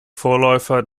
vorläufer